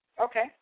Okay